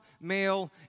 male